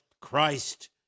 Christ